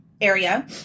area